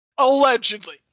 Allegedly